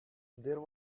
there